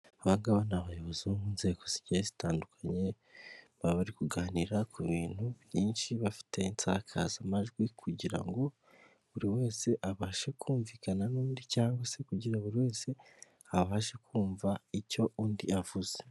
Aba ngaba ni abayobozi bo mu nzego zigiye zitandukanye baba bari kuganira ku bintu byinshi bafite insakazamajwi, kugira ngo buri wese abashe kumvikana n'undi cyangwa se kugira buri wese abashe kumva icyo undi avuze.